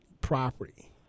property